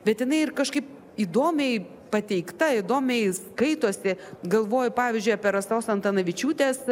bet jinai ir kažkaip įdomiai pateikta įdomiai skaitosi galvoju pavyzdžiui apie rasos antanavičiūtės